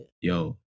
Yo